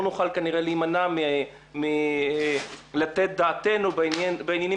לא נוכל כנראה להימנע מלתת את דעתנו בעניינים